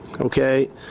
okay